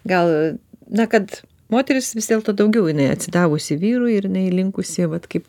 gal na kad moteris vis dėlto daugiau jinai atsidavusi vyrui ir jinai linkusi vat kaip